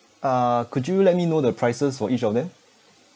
uh could you let me know the prices for each of them